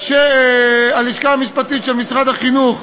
שהלשכה המשפטית של משרד החינוך